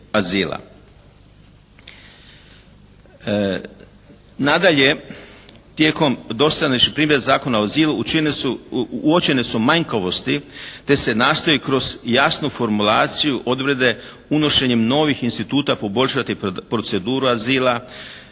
Nadalje, tijekom dosadašnjih primjena Zakona o azilu uočene su manjkavosti te se nastoji kroz jasnu formulaciju …/Govornik se ne razumije./… unošenjem novih instituta poboljšati procedura azila,